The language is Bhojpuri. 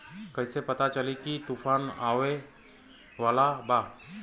कइसे पता चली की तूफान आवा वाला बा?